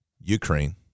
Ukraine